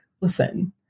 listen